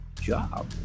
job